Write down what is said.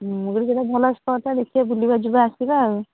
ମୁଁ କହିଲି ସେଇଟା ଭଲ ସ୍ପଟ୍ଟା ଦେଖିଆ ବୁଲିବା ଯିବା ଆସିବା ଆଉ